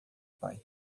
pai